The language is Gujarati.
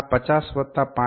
આ 50 વત્તા 5